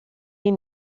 die